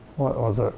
what was it?